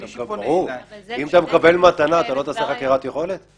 ברור, אם אתה מקבל מתנה, לא